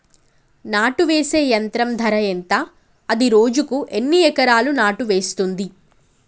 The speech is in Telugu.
నాటు వేసే యంత్రం ధర ఎంత? అది రోజుకు ఎన్ని ఎకరాలు నాటు వేస్తుంది?